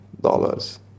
dollars